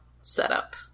setup